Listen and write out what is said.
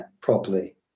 properly